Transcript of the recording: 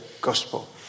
gospel